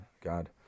God